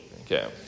Okay